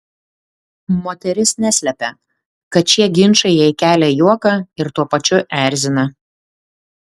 moteris neslepia kad šie ginčai jai kelia juoką ir tuo pačiu erzina